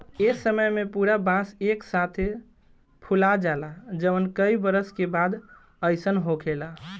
ए समय में पूरा बांस एक साथे फुला जाला जवन कई बरस के बाद अईसन होखेला